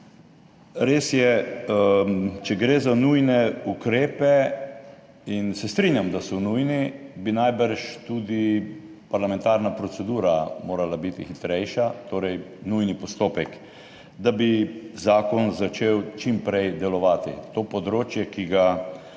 Res je, če gre za nujne ukrepe, in se strinjam, da so nujni, bi najbrž tudi parlamentarna procedura morala biti hitrejša, torej nujni postopek, da bi zakon začel čim prej delovati. To področje, ki ga